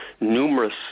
numerous